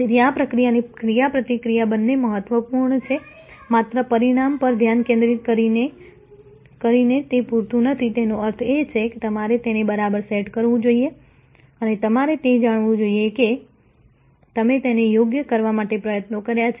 તેથી આ પ્રક્રિયાની ક્રિયાપ્રતિક્રિયા બંને મહત્વપૂર્ણ છે માત્ર પરિણામ પર ધ્યાન કેન્દ્રિત કરીને તે પૂરતું નથી તેનો અર્થ એ કે તમારે તેને બરાબર સેટ કરવું જોઈએ અને તમારે તે જાણવું જોઈએ કે તમે તેને યોગ્ય કરવા માટે પ્રયત્નો કર્યા છે